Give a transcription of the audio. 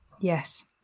Yes